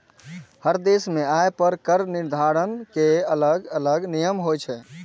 हर देश मे आय पर कर निर्धारण के अलग अलग नियम होइ छै